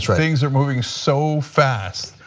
things are moving so fast,